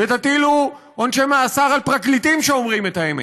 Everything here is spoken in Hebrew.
ותטילו עונשי מאסר על פרקליטים שאומרים את האמת,